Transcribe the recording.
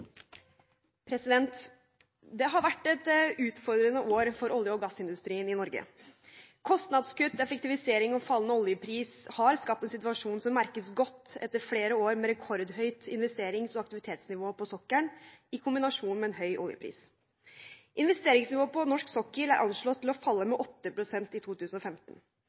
Det har vært et utfordrende år for olje- og gassindustrien i Norge. Kostnadskutt, effektivisering og fallende oljepris har skapt en situasjon som merkes godt etter flere år med rekordhøyt investerings- og aktivitetsnivå på sokkelen, i kombinasjon med en høy oljepris. Investeringsnivået på norsk sokkel er anslått til å falle med 8 pst. i 2015.